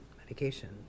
medication